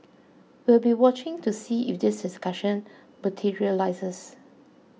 we'll be watching to see if this discussion materialises